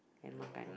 and makan